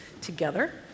together